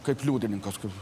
kaip liudininkas kaip